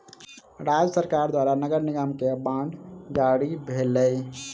राज्य सरकार द्वारा नगर निगम के बांड जारी भेलै